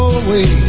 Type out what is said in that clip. away